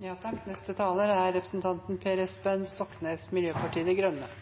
Levende, mangfoldig natur er